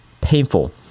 painful